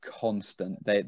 constant